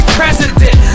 president